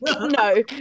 No